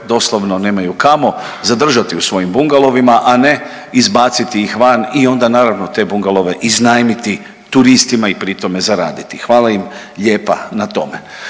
doslovno nemaju kamo zadržati u svojim bungalovima, a ne izbaciti ih van i onda naravno te bungalove iznajmiti turistima i pritom zaraditi. Hvala im lijepa na tome.